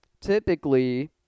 Typically